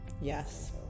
yes